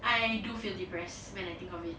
I do feel depressed when I think of it